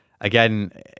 again